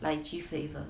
lychee flavour